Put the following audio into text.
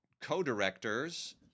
co-directors